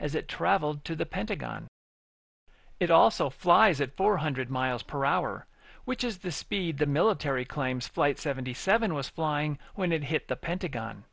as it traveled to the pentagon it also flies at four hundred miles per hour which is the speed the military claims flight seventy seven was flying when it hit the pentagon